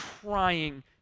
trying